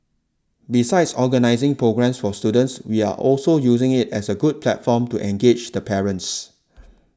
besides organising programmes for students we are also using it as a good platform to engage the parents